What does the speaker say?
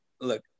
look